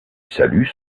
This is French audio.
saluent